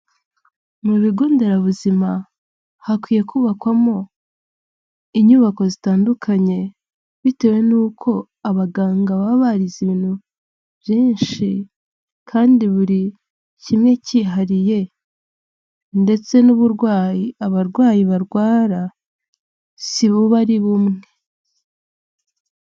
Mu bigo nderabuzima hakwiye kubakwamo inyubako zitandukanye bitewe nuko abaganga baba barize ibintu byinshi kandi buri kimwe cyihariye ndetse n'uburwayi abarwayi barwara si buba ari bumwe.